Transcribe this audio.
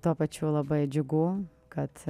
tuo pačiu labai džiugu kad